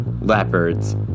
leopards